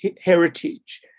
heritage